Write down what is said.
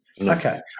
Okay